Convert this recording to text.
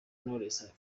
knowless